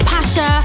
Pasha